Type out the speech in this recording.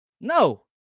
No